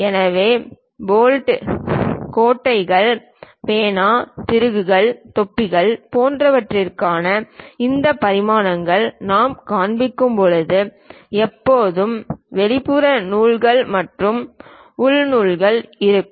எனவே போல்ட் கொட்டைகள் பேனா திருகுகள் தொப்பிகள் போன்றவற்றுக்கான இந்த பரிமாணங்களை நாம் காண்பிக்கும் போது எப்போதும் வெளிப்புற நூல்கள் மற்றும் உள் நூல்கள் இருக்கும்